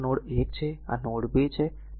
તેથી અને આ તેમનો નોડ 1 છે આ નોડ 2 છે